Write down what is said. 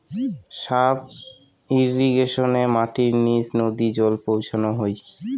sub ইর্রিগেশনে মাটির নিচ নদী জল পৌঁছানো হই